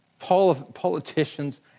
politicians